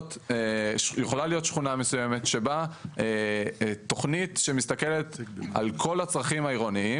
יכולה להיות שכונה מסוימת שבה תוכנית שמתסכלת על כל הצרכים העירוניים,